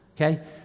okay